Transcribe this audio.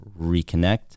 reconnect